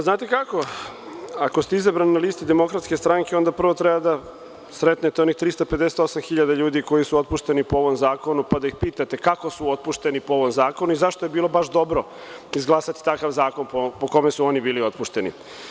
Znate kako, ako ste izabrani na listi DS onda prvo treba da sretnete onih 358.000 ljudi koji su otpušteni po ovom zakonu, pa da ih pitate kako su otpušteni po ovom zakonu i zašto je bilo baš dobro izglasati takva zakon po kome su oni bili otpušteni.